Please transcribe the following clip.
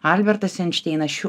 albertas einšteinas šių